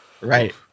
right